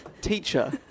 teacher